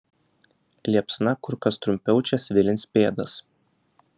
liepsna kur kas trumpiau čia svilins pėdas